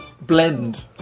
blend